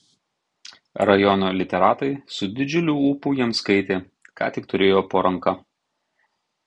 rajono literatai su didžiuliu ūpu jiems skaitė ką tik turėjo po ranka